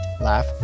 Laugh